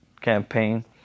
campaign